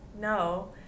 No